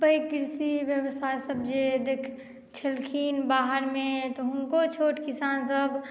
पैघ कृषि व्यवसाय सभ जे छलखिन बाहरमे तऽ हुनको छोट किसान सभ